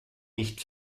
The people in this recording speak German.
nicht